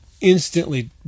instantly